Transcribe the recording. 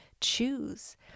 choose